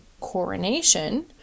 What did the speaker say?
coronation